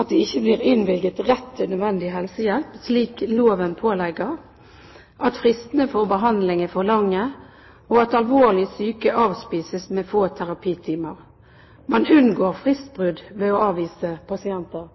at de ikke blir innvilget rett til nødvendig helsehjelp slik loven pålegger, at fristene for behandling er for lange, og at alvorlig syke avspises med få terapitimer. Man unngår fristbrudd ved å avvise pasienter.